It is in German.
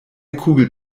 kugel